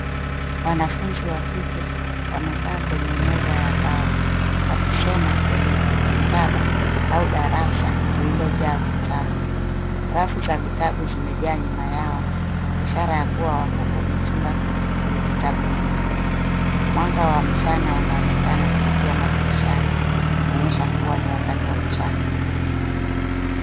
Wanafunzi wa kike wamekaa kwenye meza ya mbao wakisoma kwenye maktaba au darasa lililojaa vitabu. Rafu za vitabu zimejaa nyuma yao ishara ya kuwa wako kwenye chumba chenye vitabu vingi. Mwanga wa mchana unaonekana kupitia madirishani kuonyesha kuwa ni wakati wa mchana.